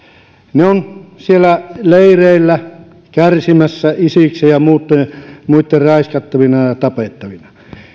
ne ovat siellä leireillä kärsimässä isiksen ja muitten raiskattavina ja tapettavina